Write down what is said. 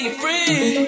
free